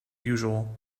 usual